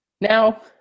Now